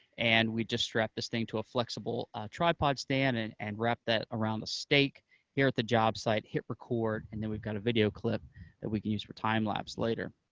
and we just strapped this thing to a flexible tripod stand, and and wrapped that around the stake here at the job site, hit record, and then we've got a video clip that we can use for time lapse later,